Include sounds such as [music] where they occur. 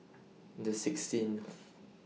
[noise] The sixteenth